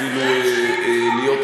אז אולי תשנה את החוק.